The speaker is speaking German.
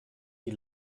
die